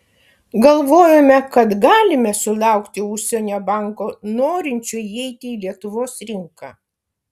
galvojome kad galime sulaukti užsienio banko norinčio įeiti į lietuvos rinką